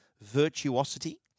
Virtuosity